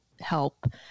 help